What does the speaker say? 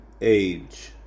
age